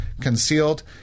concealed